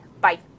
bye